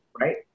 Right